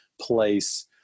place